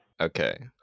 Okay